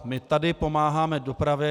My tady pomáháme dopravě.